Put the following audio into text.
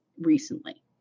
recently